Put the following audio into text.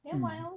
mm